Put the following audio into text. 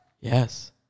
Yes